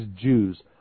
Jews